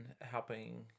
helping